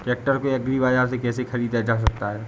Tractor को agri बाजार से कैसे ख़रीदा जा सकता हैं?